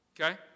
okay